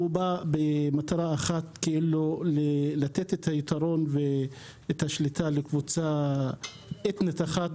יש להם מטרה אחת לתת יתרון ושליטה לקבוצה אתנית אחת,